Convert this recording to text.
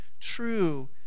true